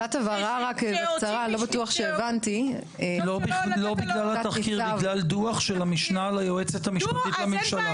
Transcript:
לא בגלל התחקיר אלא בגלל דו״ח של היועצת המשפטית לממשלה.